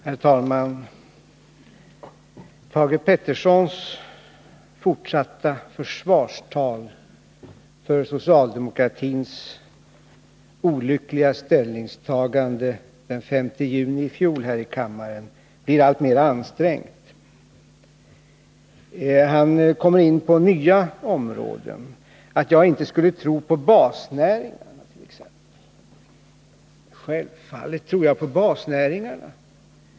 Herr talman! Thage Petersons fortsatta försvarstal för socialdemokratins olyckliga ställningstagande den 5 juni i fjol här i kammaren blir alltmer ansträngt. Han kommer in på nya områden: att jag inte skulle tro på basnäringarna t.ex. Självfallet tror jag på basnäringarna.